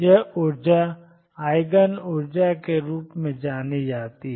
यह ऊर्जा आईगन ऊर्जा के रूप में जानी जाती हैं